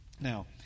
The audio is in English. Now